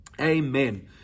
Amen